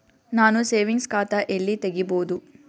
ನಾನು ಸೇವಿಂಗ್ಸ್ ಖಾತಾ ಎಲ್ಲಿ ತಗಿಬೋದು?